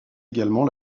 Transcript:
également